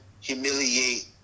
humiliate